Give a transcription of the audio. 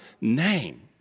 name